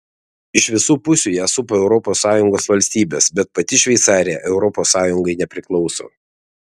iš visų pusių ją supa europos sąjungos valstybės bet pati šveicarija europos sąjungai nepriklauso